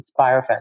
InspireFest